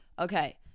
Okay